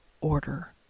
order